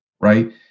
right